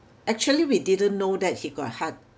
actually we didn't know that he got heart